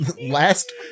Last